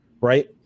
Right